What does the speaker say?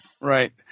Right